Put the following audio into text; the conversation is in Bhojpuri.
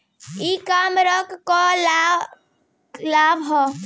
ई कॉमर्स क का लाभ ह?